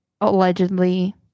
allegedly